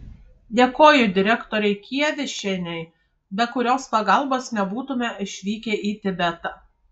dėkoju direktorei kievišienei be kurios pagalbos nebūtume išvykę į tibetą